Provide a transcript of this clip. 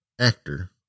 actor